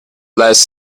less